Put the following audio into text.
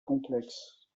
complexes